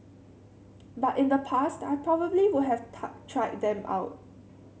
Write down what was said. but in the past I probably would have tie tried them out